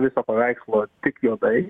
viso paveikslo tik juodai